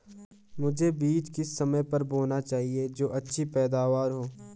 मुझे बीज किस समय पर बोना चाहिए जो अच्छी पैदावार हो?